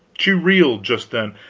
she reeled just then,